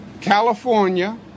California